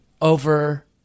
over